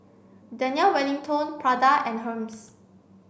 Daniel Wellington Prada and Hermes